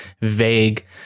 vague